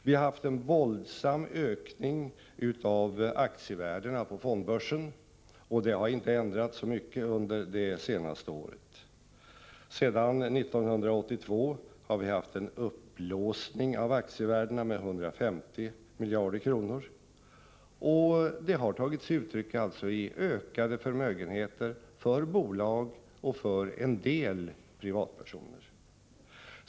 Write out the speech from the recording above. Vi har haft en våldsam ökning av aktievärdena på fondbörsen, och det har inte skett någon större förändring det senaste året. Sedan år 1982 har vi haft en uppblåsning av aktievärdena med 150 miljarder kronor, och det har tagit sig uttryck i ökade förmögenheter för bolag och för en del privatpersoner.